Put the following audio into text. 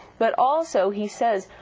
but also he says,